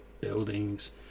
buildings